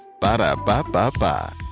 Ba-da-ba-ba-ba